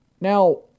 Now